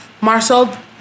Marcel